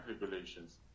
regulations